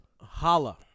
Holla